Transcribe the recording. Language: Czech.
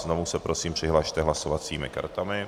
Znovu se prosím přihlaste hlasovacími kartami.